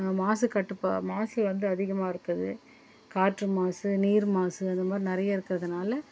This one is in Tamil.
மாசு கட்டுப்பா மாசு வந்து அதிகமாக இருக்குது காற்று மாசு நீர் மாசு அது மாதிரி நிறையா இருக்கிறதுனால